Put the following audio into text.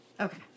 Okay